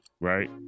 right